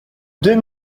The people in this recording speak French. deux